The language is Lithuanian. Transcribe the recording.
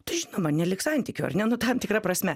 tai žinoma neliks santykių ar ne nu tam tikra prasme